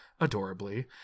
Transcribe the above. adorably